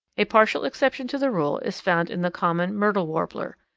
a partial exception to the rule is found in the common myrtle warbler.